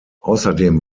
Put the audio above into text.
außerdem